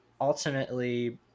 ultimately